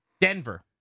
Denver